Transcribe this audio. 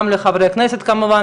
גם לחברי הכנסת כמובן,